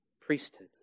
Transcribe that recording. priesthood